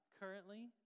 Currently